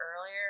earlier